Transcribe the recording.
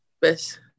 Best